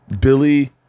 Billy